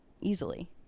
easily